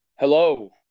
Hello